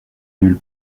nulle